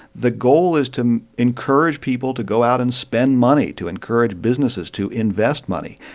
the goal is to encourage people to go out and spend money, to encourage businesses to invest money.